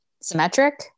symmetric